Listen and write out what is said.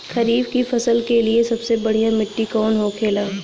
खरीफ की फसल के लिए सबसे बढ़ियां मिट्टी कवन होखेला?